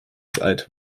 seite